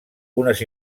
unes